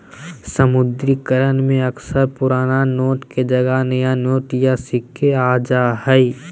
विमुद्रीकरण में अक्सर पुराना नोट के जगह नया नोट या सिक्के आ जा हइ